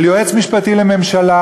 על היועץ המשפטי לממשלה,